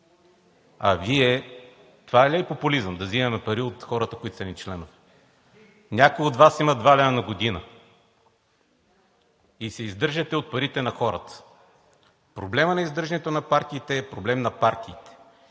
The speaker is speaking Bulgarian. А Вие – това ли е популизъм – да взимаме пари от хората, които са ни членове? Някои от Вас имат два лева на година и се издържате от парите на хората?! Проблемът на издържането на партиите е проблем на партиите.